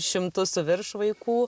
šimtu su virš vaikų